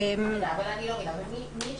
מי ישלם?